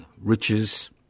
riches